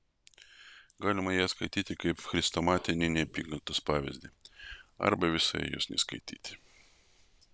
galima ją skaityti kaip chrestomatinį neapykantos pavyzdį arba visai jos neskaityti